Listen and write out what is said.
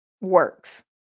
works